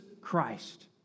Christ